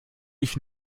ich